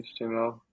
html